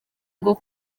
rwo